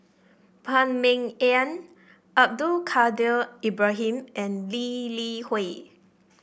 Phan Ming Yen Abdul Kadir Ibrahim and Lee Li Hui